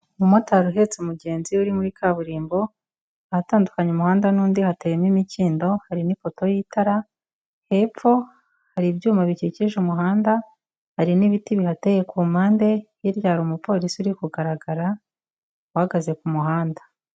Umumotari uhetse umugenzi uri muri kaburimbo, ahatandukanya umuhanda n'undi hateyemo imikindo hari n'ipoto y'itara, hepfo hari ibyuma bikikije umuhanda, hari n'ibiti bihateye ku mpande, hiirya hari umuporisi uri kugaragara, uhagaze ku muhanda.